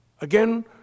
Again